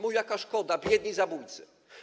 No, jaka szkoda, biedni zabójcy.